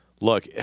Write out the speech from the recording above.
Look